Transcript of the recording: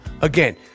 again